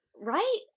right